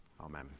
Amen